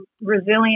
resilient